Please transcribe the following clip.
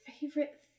favorite